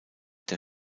der